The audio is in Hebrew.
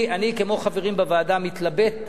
אני כמו חברים בוועדה, מתלבט.